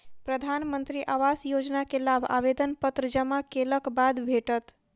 प्रधानमंत्री आवास योजना के लाभ आवेदन पत्र जमा केलक बाद भेटत